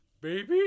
baby